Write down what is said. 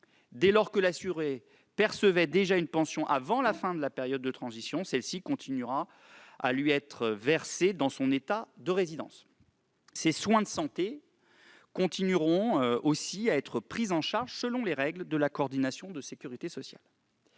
Dès lors que l'assuré percevait déjà une pension avant la fin de la période de transition, celle-ci continuera à lui être versée dans son État de résidence. Ses soins de santé continueront à être pris en charge selon les règles de la coordination de sécurité sociale.